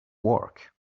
work